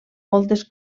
moltes